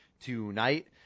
tonight